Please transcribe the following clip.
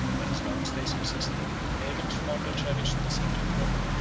but as long as they subsisted, the pagans fondly cherished the secret hope,